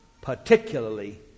particularly